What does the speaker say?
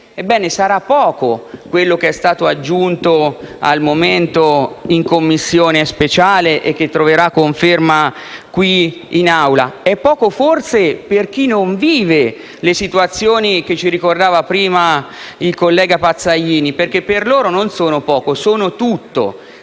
Ebbene, sarà poco quello che è stato aggiunto al momento in Commissione speciale, e che troverà conferma qui in Assemblea. È poco forse per chi non vive le situazioni che ci ricordava prima il collega Pazzaglini. Per le persone coinvolte, però, non è